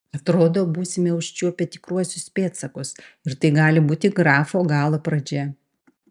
atrodo būsime užčiuopę tikruosius pėdsakus ir tai gali būti grafo galo pradžia